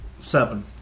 Seven